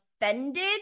offended